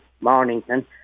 Mornington